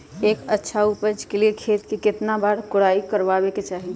एक अच्छा उपज के लिए खेत के केतना बार कओराई करबआबे के चाहि?